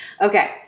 Okay